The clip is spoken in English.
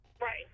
Right